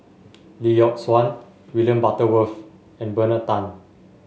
Lee Yock Suan William Butterworth and Bernard Tan